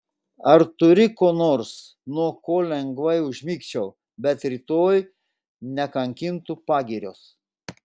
ar turi ko nors nuo ko lengvai užmigčiau bet rytoj nekankintų pagirios